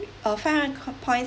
uh five hundred points